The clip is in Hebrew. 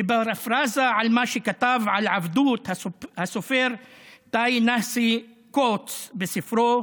בפרפראזה על מה שכתב על עבדות הסופר טא-נהאסי קואוטס בספרו